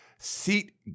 Seat